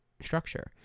structure